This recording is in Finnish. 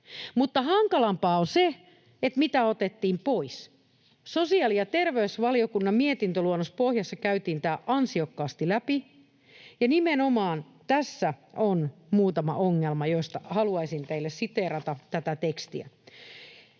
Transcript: olisi. Hankalampaa on se, mitä otettiin pois. Sosiaali‑ ja terveysvaliokunnan lausuntoluonnospohjassa käytiin tämä ansiokkaasti läpi, ja nimenomaan tässä on muutama ongelma, joista haluaisin teille siteerata tätä tekstiä.